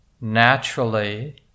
naturally